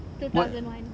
two thousand one